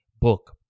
book